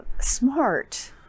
smart